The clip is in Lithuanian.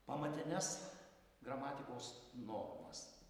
pamatines gramatikos normas